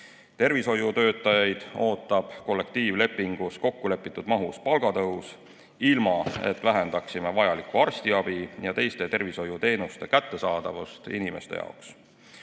Tervishoiutöötajaid ootab kollektiivlepingus kokkulepitud mahus palgatõus, ilma et vähendaksime vajalikku arstiabi ja teiste tervishoiuteenuste kättesaadavust inimeste jaoks.